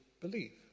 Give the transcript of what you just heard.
believe